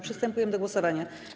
Przystępujemy do głosowania.